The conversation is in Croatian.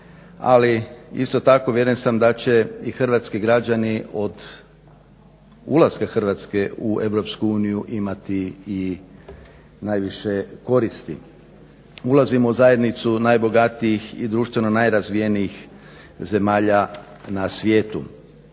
ali isto tako uvjeren sam da će i hrvatski građani od ulaska Hrvatske u EU imati najviše koristi. Ulazimo u zajednicu najbogatijih i društveno najrazvijenijih zemalja na svijetu.